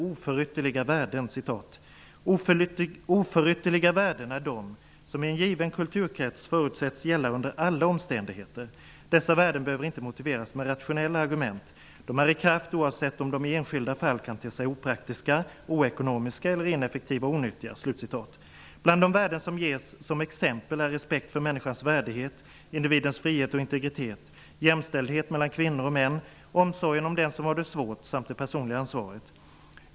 ''Oförytterliga värden är de, som i en given kulturkrets förutsätts gälla under alla omständigheter. Dessa värden behöver inte motiveras med rationella argument. De är i kraft oavsett om de i enskilda fall kan te sig opraktiska, oekonomiska eller ineffektiva och onyttiga.'' Bland de värden som ges som exempel är respekt för människans värdighet, individens frihet och integritet, jämställdhet mellan kvinnor och män, omsorgen om den som har det svårt samt det personliga ansvaret.